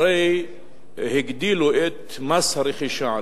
הרי הגדילו את מס הרכישה,